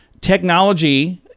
technology